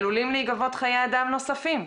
עלולים להיגבות חיי אדם נוספים.